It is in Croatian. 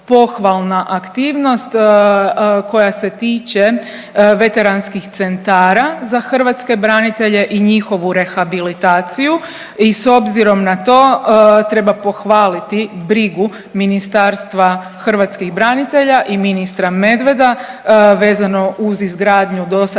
aktivnost koja se tiče veteranskih centara za hrvatske branitelje i njihovu rehabilitaciju. I s obzirom na to treba pohvaliti brigu Ministarstva hrvatskih branitelja i ministra Medveda vezano uz izgradnju do sad